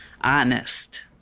honest